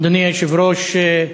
אדוני היושב-ראש,